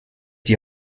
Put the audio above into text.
die